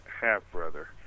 half-brother